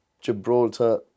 Gibraltar